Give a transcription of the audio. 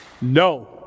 No